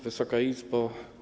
Wysoka Izbo!